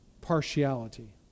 partiality